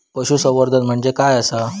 पशुसंवर्धन म्हणजे काय आसा?